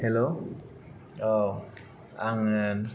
हेल' औ आङो